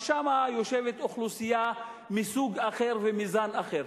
כי שם יושבת אוכלוסייה מסוג אחר ומזן אחר,